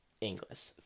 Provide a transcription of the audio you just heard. English